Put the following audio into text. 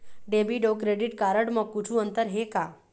Debit अऊ credit card म कुछू अंतर हे का?